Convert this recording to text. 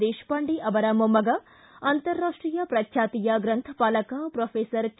ದೇಶಪಾಂಡೆ ಅವರ ಮೊಮ್ಮಗ ಅಂತಾರಾಷ್ಟೀಯ ಪ್ರಖ್ಯಾತಿಯ ಗ್ರಂಥಪಾಲಕ ಪ್ರೊಫೆಸರ್ ಕೆ